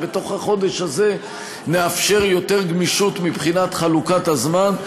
ובתוך החודש נאפשר יותר גמישות מבחינת חלוקת הזמן.